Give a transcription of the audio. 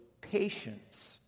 patience